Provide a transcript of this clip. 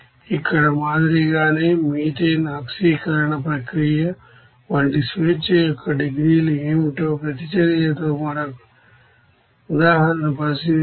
ఇక్కడ మాదిరిగానే మీథేన్ ఆక్సీకరణ ప్రక్రియ వంటి డిగ్రీస్ అఫ్ ఫ్రీడమ్ ఏమిటో ప్రతిచర్యతో మరొక ఉదాహరణను పరిశీలిస్తే